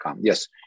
Yes